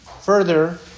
Further